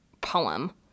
poem